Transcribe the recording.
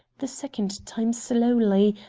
the second time slowly,